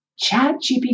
ChatGPT